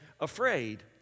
afraid